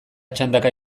txandaka